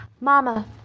Mama